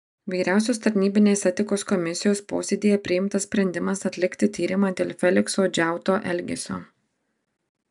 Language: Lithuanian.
vyriausios tarnybinės etikos komisijos posėdyje priimtas sprendimas atlikti tyrimą dėl felikso džiauto elgesio